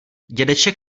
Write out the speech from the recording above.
dědeček